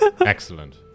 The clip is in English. Excellent